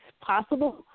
possible